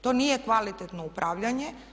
To nije kvalitetno upravljanje.